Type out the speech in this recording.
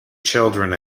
children